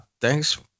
Thanks